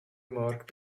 mark